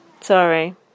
Sorry